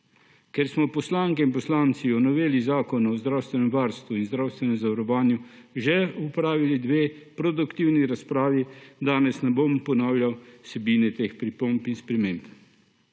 Ker smo poslanke in poslanci o noveli Zakona o zdravstvenem varstvu in zdravstvenem zavarovanju že opravili dve produktivni razpravi, danes ne bom ponavljal vsebine teh pripomb in sprememb.